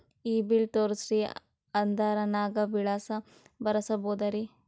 ಈ ಬಿಲ್ ತೋಸ್ರಿ ಆಧಾರ ನಾಗ ವಿಳಾಸ ಬರಸಬೋದರ?